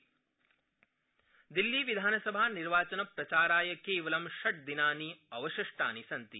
दिल्ली निर्वाचनम् दिल्लीविधानसभानिर्वाचनप्रचाराय केवलं षट्टदिनानि अवशिष्टानि सन्ति